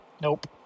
Nope